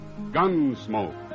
Gunsmoke